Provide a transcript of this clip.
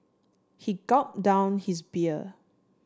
he gulp down his beer